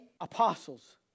apostles